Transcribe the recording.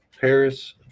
Paris